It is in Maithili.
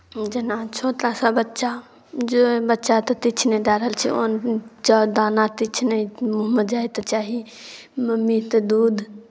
जेना छोटा सा बच्चा जे बच्चाते तिछु नहि दए रहल छै अन्न दाना तिछु नहि मूँहमे जायते चाही मम्मीके दूध